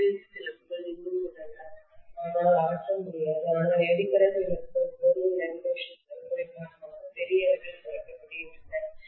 hysteresis இழப்புகள் இன்னும் உள்ளன என்னால் அகற்ற முடியாது ஆனால் எடி கரண்ட் இழப்புகள் கோரின் லேமினேஷன் செயல்முறை காரணமாக பெரிய அளவில் குறைக்கப்படுகின்றன